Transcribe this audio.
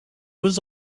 was